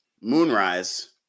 moonrise